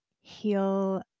heal